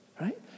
right